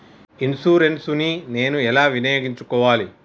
Insurance ని నేను ఎలా వినియోగించుకోవాలి?